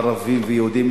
ערבים ויהודים,